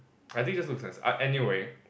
I think just looks nicer anyway